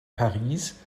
paris